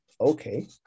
okay